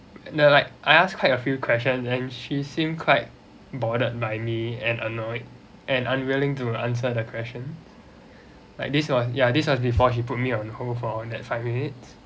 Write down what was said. there like I ask quite a few question and she seemed quite bothered by me and annoyed and unwilling to answer the question like this was ya this was before he put me on hold for that five minutes